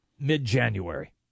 mid-January